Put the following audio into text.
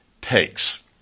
takes